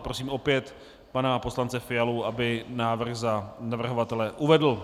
Prosím opět pana poslance Fialu, aby návrh za navrhovatele uvedl.